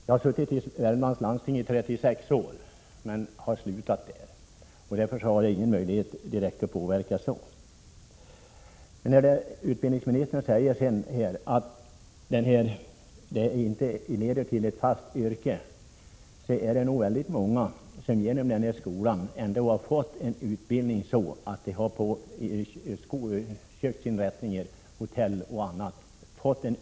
Jag har själv varit ledamot av landstinget i 36 år, men eftersom jag inte är det längre har jag ingen möjlighet att påverka saken. Utbildningsministern sade att den här utbildningen inte direkt leder till ett yrke. Jag vill dock påstå att den för väldigt många har lett till anställning i hotellkök och andra verksamheter.